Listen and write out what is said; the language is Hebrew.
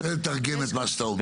אני רוצה לתרגם את מה שאתה אומר.